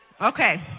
Okay